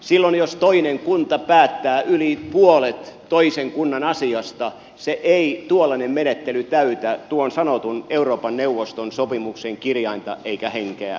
silloin jos toinen kunta päättää yli puolet toisen kunnan asiasta tuollainen menettely ei täytä tuon sanotun euroopan neuvoston sopimuksen kirjainta eikä henkeä